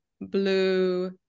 blue